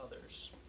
others